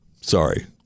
sorry